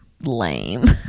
lame